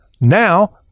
Now